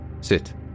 Sit